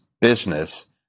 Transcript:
business